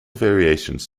variations